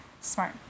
Smart